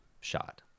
shot